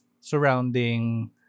surrounding